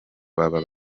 baba